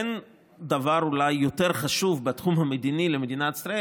אין דבר אולי יותר חשוב בתחום המדיני למדינת ישראל